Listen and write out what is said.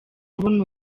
kubona